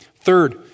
Third